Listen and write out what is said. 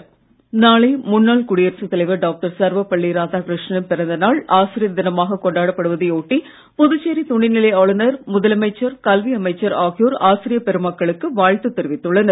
வாழ்த்து நாளை முன்னாள் குடியரசு தலைவர் டாக்டர் சர்வபள்ளி ராதாகிருஷ்ணன் பிறந்த நாள் ஆசிரியர் தினமாக கொண்டாடப்படுவதை ஒட்டி புதுச்சேரி துணை நிலை ஆளுநர் முதலமைச்சர் கல்வி அமைச்சர் ஆகியோர் ஆசிரியப் பெருமக்களுக்கு வாழ்த்து தெரிவித்துள்ளனர்